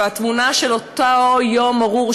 והתמונה של אותו יום ארור,